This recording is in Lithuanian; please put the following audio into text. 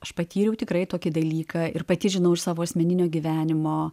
aš patyriau tikrai tokį dalyką ir pati žinau iš savo asmeninio gyvenimo